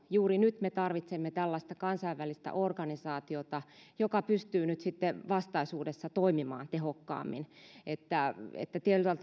juuri nyt me tarvitsemme tällaista kansainvälistä organisaatiota joka pystyy vastaisuudessa toimimaan tehokkaammin että että tietyllä